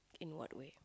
in what way